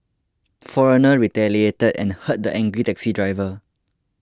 foreigner retaliated and hurt the angry taxi diver